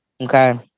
Okay